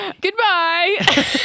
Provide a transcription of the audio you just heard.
Goodbye